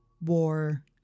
war